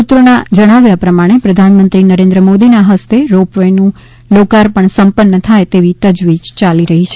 સૂત્રોના જણાવ્યા પ્રમાણે પ્રધાનમંત્રી નરેન્દ્ર મોદી ના હસ્તે રોપ વેનું લોકાર્પણ સંપન્ન થાય તેવી તજવીજ ચાલી રહી છે